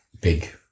big